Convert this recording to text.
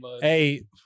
Hey